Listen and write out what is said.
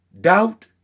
doubt